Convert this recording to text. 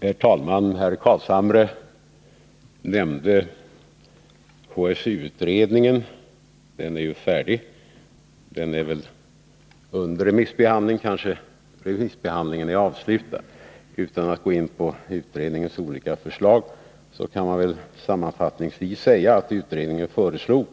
Herr talman! Herr Carlshamre nämnde HSU. Den utredningen är färdig. Den är nu under remissbehandling — eller kanske remissbehandlingen är avslutad. Utan att gå in på utredningens olika förslag kan man sammanfattningsvis säga att utredningen föreslog